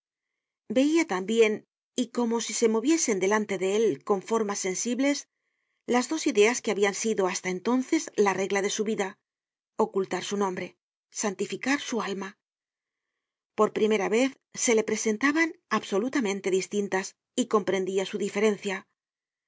veia tambien y como si se moviesen delante de él con formas sensibles las dos ideas que habian sido hasta entonces la regla de su vida ocultar su nombre santificar su alma por primera vez se le presentaban absolutamente distintas y comprendia su diferencia